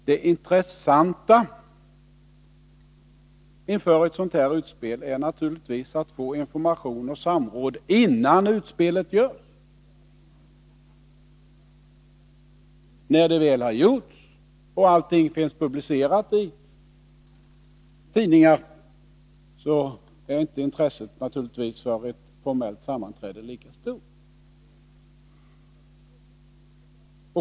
Det intressanta inför ett sådant där utspel är naturligtvis att få information och samråd innan utspelet görs. När det väl har gjorts och allting finns publicerat i tidningar är självfallet inte intresset för ett formellt sammanträde lika stort.